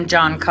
John